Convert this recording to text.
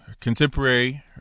contemporary